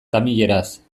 tamileraz